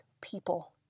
people